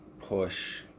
push